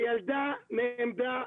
הילדה נעמדה,